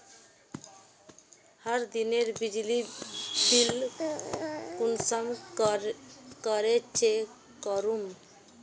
हर दिनेर बिजली बिल कुंसम करे चेक करूम?